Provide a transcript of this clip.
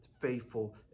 faithful